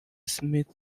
smith